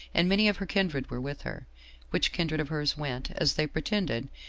and many of her kindred were with her which kindred of hers went, as they pretended,